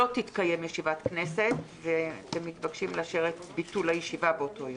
לא תתקיים ישיבת כנסת אתם מתבקשים לאשר את ביטול הישיבה באותו יום,